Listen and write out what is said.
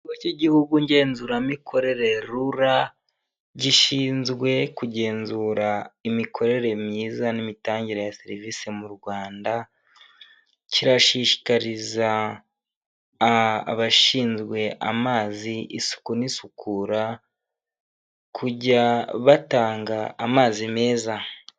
Ikigo cy'igihugu ngenzuramikorere rura gishinzwe kugenzura imikorere myiza n'imitangire ya serivisi mu Rwanda, kirashishikariza abashinzwe amazi isuku n'isukura kujya batanga amazi meza.